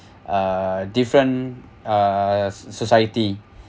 uh different uh so~ society